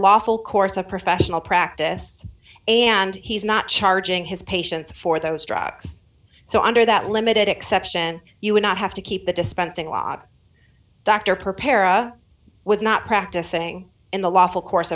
lawful course of professional practice and he's not charging his patients for those drugs so under that limited exception you would not have to keep the dispensing law dr prepare a was not practicing in the lawful course